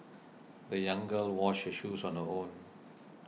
the young girl washed her shoes on her own